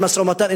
אין משא-ומתן,